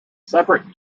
separate